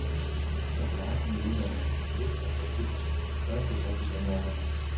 taip kad laukim rytdienos bus pasakyta ekspertai pakeitė nuomonę